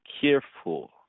careful